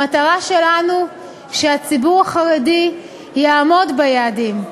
המטרה שלנו היא שהציבור החרדי יעמוד ביעדים.